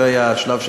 זה היה השלב שאתה,